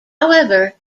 however